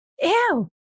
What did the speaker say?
Ew